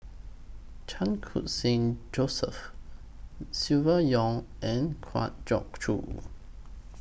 Chan Khun Sing Joseph Silvia Yong and Kwa Geok Choo